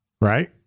Right